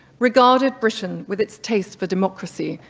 regarded britain, with its taste for democracy,